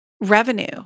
revenue